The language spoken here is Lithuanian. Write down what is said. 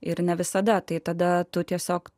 ir ne visada tai tada tu tiesiog